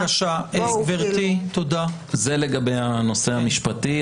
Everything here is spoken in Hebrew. זה לגבי הנושא המשפטי.